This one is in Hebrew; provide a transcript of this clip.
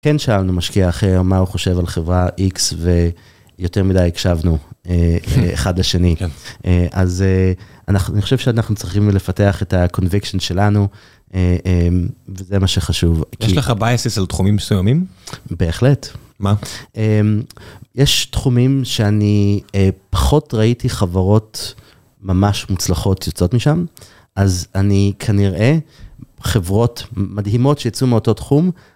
כן שאלנו משקיע אחר מה הוא חושב על חברה איקס ויותר מדי הקשבנו אחד לשני. אז אני חושב שאנחנו צריכים לפתח את ה-conviction שלנו, וזה מה שחשוב. יש לך בייסס על תחומים מסוימים? בהחלט.מה ? יש תחומים שאני פחות ראיתי חברות ממש מוצלחות יוצאות משם, אז אני כנראה, חברות מדהימות שיצאו מאותו תחום,